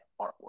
artwork